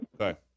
Okay